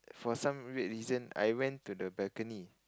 for some weird reason I went to the balcony